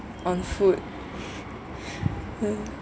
on food